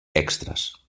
extres